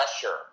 pressure